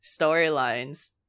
storylines